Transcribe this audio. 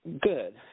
Good